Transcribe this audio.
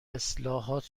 اصلاحات